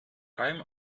reim